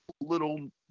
little